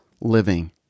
living